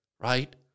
Right